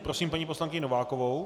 Prosím paní poslankyni Novákovou.